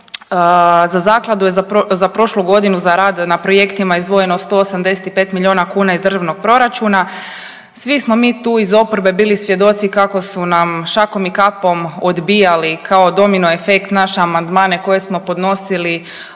za zakladu je za prošlu godinu za rad na projektima izdvojeno 185 milijuna kuna iz državnog proračuna. Svi smo mi tu iz oporbe bili svjedoci kako su nam šakom i kapom odbijali kao domino efekt naše amandmane koje smo podnosili